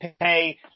pay